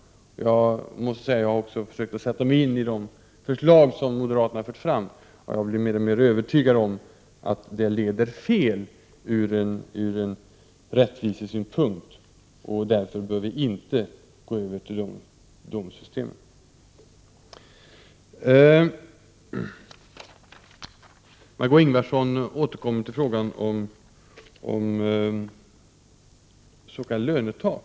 Jag har också försökt sätta mig in i de förslag som I moderaterna har fört fram, och jag blir mer och mer övertygad om att de från | rättvisesynpunkt leder fel. Därför bör vi inte gå över till sådana system.